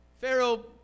Pharaoh